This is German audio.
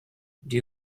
die